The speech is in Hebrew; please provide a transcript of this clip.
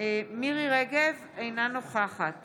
מירי מרים רגב, אינה נוכחת